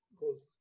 goals